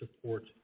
support